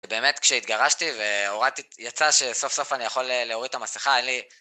באמת כשהתגרשתי והורדתי, יצא שסוף סוף אני יכול להוריד את המסיכה, אין לי...